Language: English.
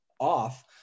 Off